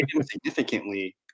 Significantly